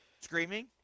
screaming